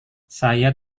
saya